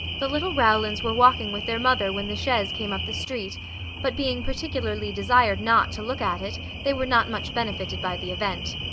the little rowlands were walking with their mother when the chaise came up the street but being particularly desired not to look at it, they were not much benefited by the event.